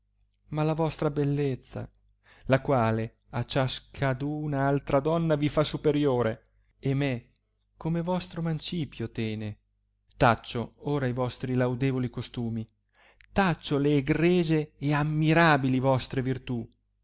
ma la vostra bellezza la quale a ciascaduna altra donna vi fa superiore e me come vostro mancipio tene taccio ora i vostri laudevoli costumi taccio le egregie e ammirabili vostre virtù